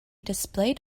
displayed